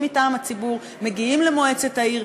מטעם הציבור מגיעים למועצת העיר,